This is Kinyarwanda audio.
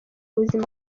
buzima